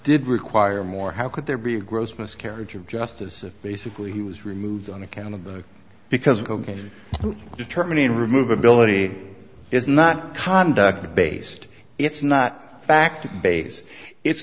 did require more how could there be a gross miscarriage of justice basically he was removed on account of that because again determining remove ability is not conduct based it's not fact base it's